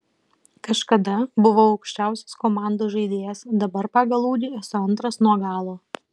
kažkada buvau aukščiausias komandos žaidėjas dabar pagal ūgį esu antras nuo galo